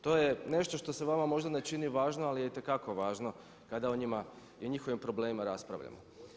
To je nešto što se vama možda ne čini važno, ali je itekako važno kada o njima i o njihovim problemima raspravljamo.